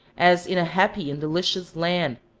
as in a happy and delicious land,